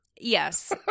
Yes